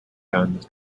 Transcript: guns